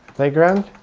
playground,